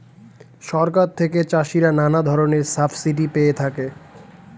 সরকার থেকে চাষিরা নানা ধরনের সাবসিডি পেয়ে থাকে